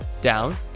down